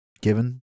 Given